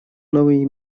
новый